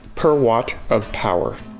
per watt of power.